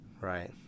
right